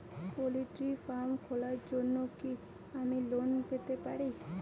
Poultry farm খোলার জন্য কি আমি লোন পেতে পারি?